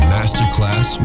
Masterclass